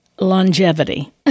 longevity